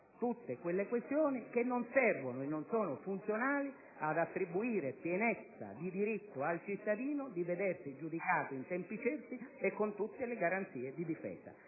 tutte quelle questioni che non servono e non sono funzionali ad attribuire pienezza di diritto al cittadino nel vedersi giudicato in tempi certi e con tutte le garanzie di difesa.